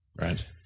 right